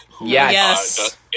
Yes